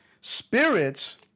Spirits